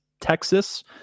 texas